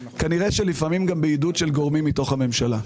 כנראה לפעמים גם בעידוד של גורמים מתוך הממשלה.